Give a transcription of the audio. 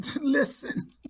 listen